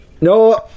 No